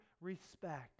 respect